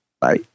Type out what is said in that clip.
Bye